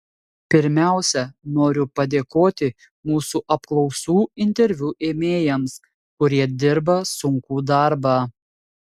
pirmiausia noriu padėkoti mūsų apklausų interviu ėmėjams kurie dirba sunkų darbą